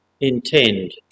intend